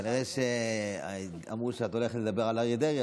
כנראה אמרו שאת הולכת לדבר על אריה דרעי,